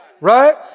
Right